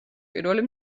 პირველი